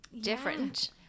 different